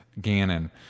Gannon